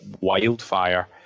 wildfire